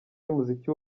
y’umuziki